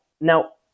now